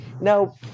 Now